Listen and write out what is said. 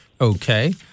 Okay